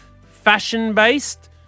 fashion-based